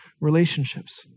relationships